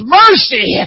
mercy